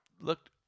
Looked